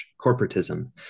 corporatism